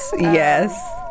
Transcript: Yes